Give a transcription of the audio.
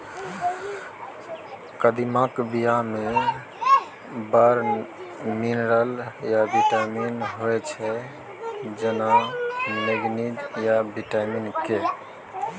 कदीमाक बीया मे बड़ मिनरल आ बिटामिन होइ छै जेना मैगनीज आ बिटामिन के